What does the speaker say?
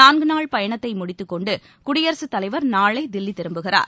நான்கு நாள் பயணத்தை முடித்துக்கொண்டு குடியரசு தலைவர் நாளை தில்லி திரும்புகிறார்